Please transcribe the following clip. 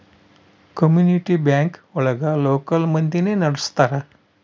community bank ಒಳಗ local ಮಂದಿನೆ ನಡ್ಸ್ತರ